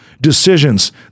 decisions